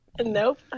Nope